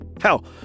Hell